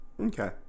Okay